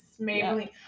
Maybelline